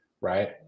right